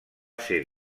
ser